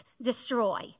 destroy